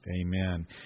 Amen